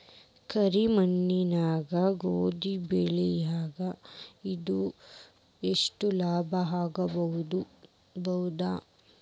ಕರಿ ಮಣ್ಣಾಗ ಗೋಧಿ ಬೆಳಿ ಇಂದ ಎಷ್ಟ ಲಾಭ ಆಗಬಹುದ?